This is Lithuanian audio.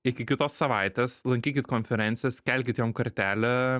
iki kitos savaitės lankykit konferencijas kelkit jom kartelę